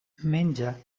menja